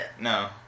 No